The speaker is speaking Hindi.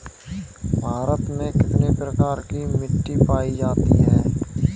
भारत में कितने प्रकार की मिट्टी पाई जाती है?